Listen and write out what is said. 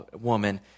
woman